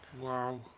Wow